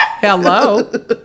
Hello